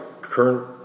current